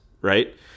right